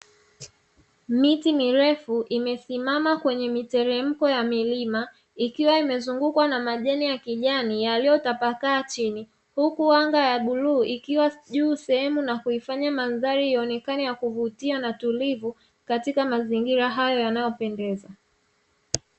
Miti mirefu imesimama kwenye miteremko ya milima, ikiwa imezungukwa na majani ya kijani yaliyotapakaa chini. Huku anga la bluu likiwa juu sehemu na kufanya mandhari ionekane ya kuvutia na tulivu katika mazingira hayo yanayopendeza.